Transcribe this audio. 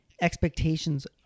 expectations